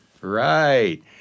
Right